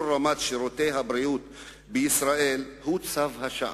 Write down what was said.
רמת שירותי הבריאות בישראל הוא צו השעה.